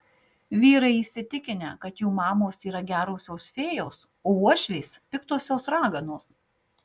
vyrai įsitikinę kad jų mamos yra gerosios fėjos o uošvės piktosios raganos